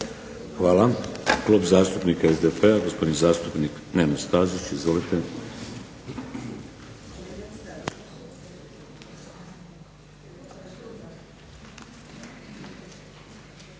Hvala. Klub zastupnika SDP-a, gospodin zastupnik Nenad Stazić. Izvolite.